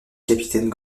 capitaine